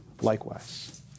likewise